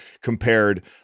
compared